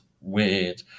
weird